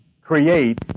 create